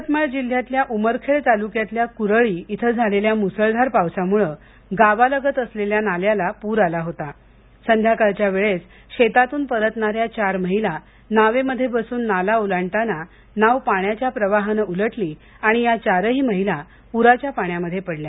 यवतमाळ जिल्ह्यातल्या उमरखेड तालुक्यातल्या कुरळी इथं झालेल्या म्सळधार पावसामूळं गावालगत असलेल्या नाल्याला पूर आला होता संध्याकाळच्या वेळेस शेतातून परतणाऱ्या चार महिला नावेमध्ये बसून नाला ओलांडताना नाव पाण्याच्या प्रवाहानं उलटली आणि या चारही महिला प्राच्या पाण्यामध्ये पडल्या